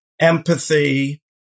empathy